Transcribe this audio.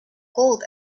cold